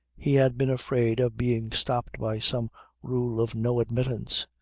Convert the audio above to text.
he had been afraid of being stopped by some rule of no-admittance.